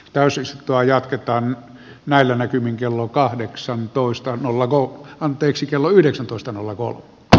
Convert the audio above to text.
etäisyys vai jatketaan näillä näkymin kello kahdeksantoista nolla nolla anteeksi kello yhdeksäntoista nolla kolme l